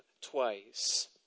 twice